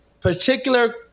particular